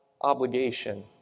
obligation